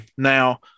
now